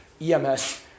EMS